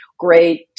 Great